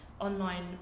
online